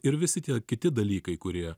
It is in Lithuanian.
ir visi tie kiti dalykai kurie